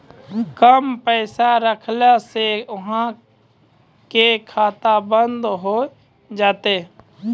कम पैसा रखला से अहाँ के खाता बंद हो जैतै?